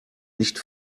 nicht